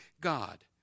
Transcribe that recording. God